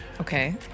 Okay